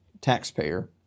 taxpayer